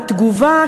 בתגובה,